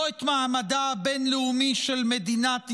לא את מעמדה הבין-לאומי של מדינת ישראל,